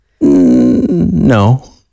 No